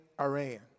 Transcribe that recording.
Iran